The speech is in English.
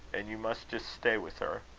and you must just stay with her.